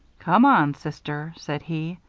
come on, sister, said he,